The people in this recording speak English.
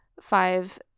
five